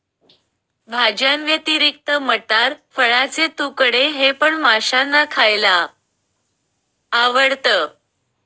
भाज्यांव्यतिरिक्त मटार, फळाचे तुकडे हे पण माशांना खायला आवडतं